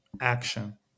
action